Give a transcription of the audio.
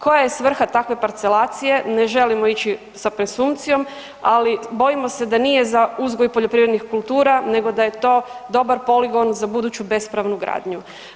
Koja je svrha takve parcelacije, ne želimo ići sa presumpcijom ali bojimo se da nije za uzgoj poljoprivrednih kultura nego da je to dobar poligon za buduću bespravnu gradnju.